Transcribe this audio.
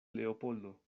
leopoldo